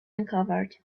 uncovered